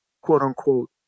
quote-unquote